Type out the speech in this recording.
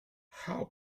how